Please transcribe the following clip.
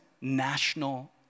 national